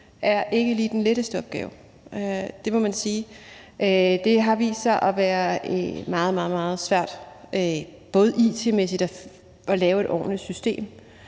er ikke lige den letteste opgave – det må man sige. Det har vist sig at være meget, meget svært, både it-mæssigt i forhold til at lave et ordentligt system